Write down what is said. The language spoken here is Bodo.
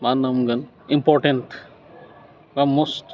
मा होनना बुंगोन इम्पर्टेन्ट बा मस्ट